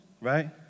right